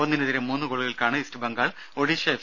ഒന്നിനെതിരെ മൂന്ന് ഗോളുകൾക്കാണ് ഈസ്റ്റ് ബംഗാൾ ഒഡീഷ എഫ്